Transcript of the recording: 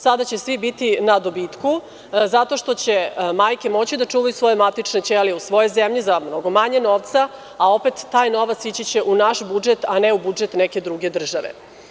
Sada će svi biti na dobitku zato što će majke moći da čuvaju svoje matične ćelije u svojoj zemlji za mnogo manje novca, a opet taj novac će ići u naš budžet, a ne u budžet neke druge države.